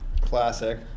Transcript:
Classic